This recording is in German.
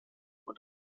und